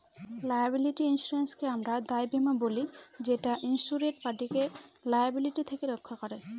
liability ইন্সুরেন্সকে আমরা দায় বীমা বলি যেটা ইন্সুরেড পার্টিকে লায়াবিলিটি থেকে রক্ষা করে